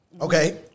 Okay